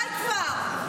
די כבר.